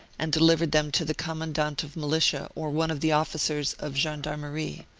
and de livered them to the commandant of militia or one of the officers of gendarmerie.